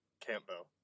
Campbell